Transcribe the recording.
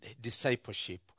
discipleship